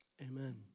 Amen